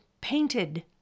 painted